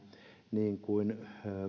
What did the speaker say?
niin kuin